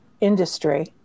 industry